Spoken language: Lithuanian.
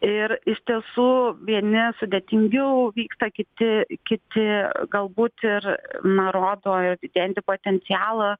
ir iš tiesų vieni sudėtingiau vyksta kiti kiti galbūt ir na rodo ir didėjantį potencialą